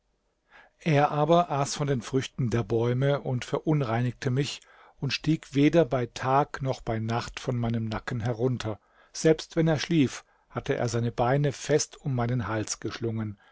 er aber aß von den früchten der bäume und verunreinigte mich und stieg weder bei tag noch bei nacht von meinem nacken herunter selbst wenn er schlief hatte er seine beine fest um meinen hals geschlungen